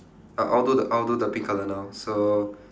I'll I'll do the I'll do the pink colour now so